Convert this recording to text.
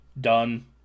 Done